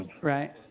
Right